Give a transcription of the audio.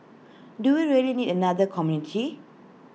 do we really need another community